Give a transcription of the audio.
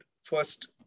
first